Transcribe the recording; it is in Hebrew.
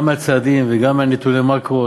גם מהצעדים וגם מנתוני המקרו,